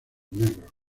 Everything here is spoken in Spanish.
negros